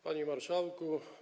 Panie Marszałku!